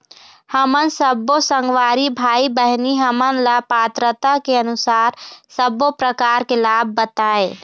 हमन सब्बो संगवारी भाई बहिनी हमन ला पात्रता के अनुसार सब्बो प्रकार के लाभ बताए?